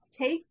take